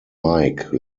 mike